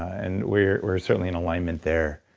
and we're we're certainly in alignment there.